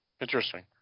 Interesting